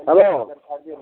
hello